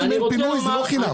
גם אם אין פינוי, זה לא חינם.